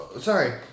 sorry